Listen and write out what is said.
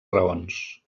raons